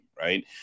right